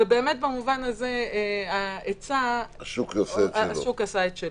ובאמת במובן הזה השוק עשה את שלו.